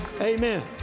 Amen